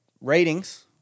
ratings